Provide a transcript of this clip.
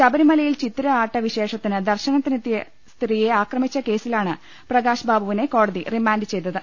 ശബരിമലയിൽ ചിത്തിര ആട്ട വിശേഷത്തിന് ദർശനത്തിനെത്തിയു സ്ത്രീയെ ആക്രമിച്ചെന്ന കേസിലാണ് പ്രകാശ് ബാബുവിനെ കോടതി റിമാൻഡ് ചെയ്തത്